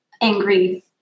angry